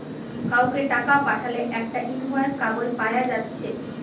কাউকে টাকা পাঠালে একটা ইনভয়েস কাগজ পায়া যাচ্ছে